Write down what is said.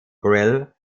grille